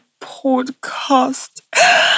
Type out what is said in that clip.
podcast